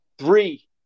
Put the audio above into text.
Three